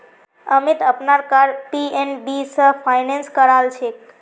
अमीत अपनार car PNB स finance करालछेक